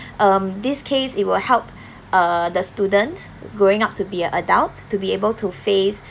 um this case it will help uh the student growing up to be a adult to be able to face